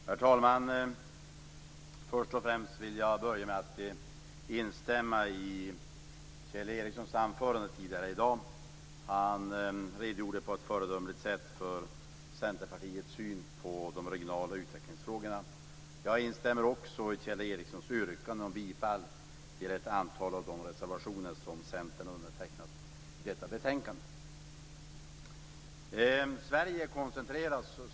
Herr talman! Först och främst vill jag instämma i Kjell Ericssons anförande tidigare i dag. Han redogjorde på ett föredömligt sätt för Centerpartiets syn på de regionala utvecklingsfrågorna. Jag instämmer också i Kjell Ericssons yrkande om bifall till ett antal av de reservationer som Centern står bakom i detta betänkande. Sverige koncentreras.